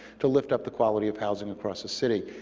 to lift up the quality of housing across the city.